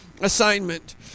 assignment